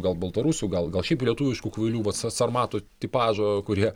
gal baltarusų gal gal šiaip lietuviškų kvailių vat sa sarmatų tipažo kurie